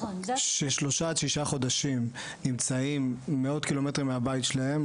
ששלושה עד שישה חודשים נמצאים מאות קילומטרים מהבית שלהם.